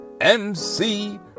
MC